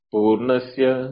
Purnasya